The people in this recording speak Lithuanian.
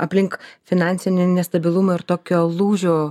aplink finansinį nestabilumą ir tokio lūžio